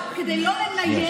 כדי לא לנייד,